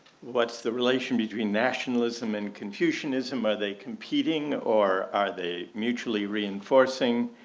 what's the relation between nationalism and confucianism, are they competing or are they mutually reinforcing?